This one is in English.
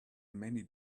many